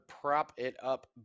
prop-it-up